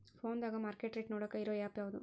ಫೋನದಾಗ market rate ನೋಡಾಕ್ ಇರು ಆ್ಯಪ್ ಯಾವದು?